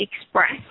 express